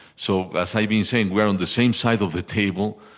so as i've been saying, we're on the same side of the table,